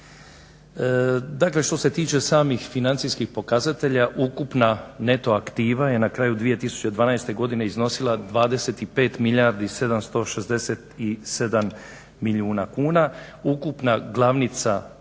Dakle što se tiče samih financijskih pokazatelja ukupna neto aktiva je na kraju 2012. godine iznosila 25 milijardi i